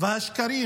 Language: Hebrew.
והשקרים